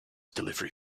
delivery